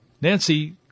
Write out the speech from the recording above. Nancy